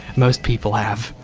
most people have.